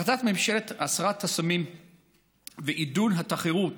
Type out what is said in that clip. החלטת הממשלה בדבר הסרת חסמים ועידוד התחרות